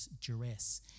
duress